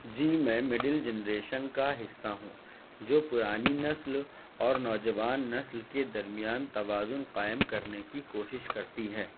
جی میں middle generation کا حصہ ہوں جو پرانی نسل اور نوجوان نسل کے درمیان توازن قائم کرنے کی کوشش کرتی ہے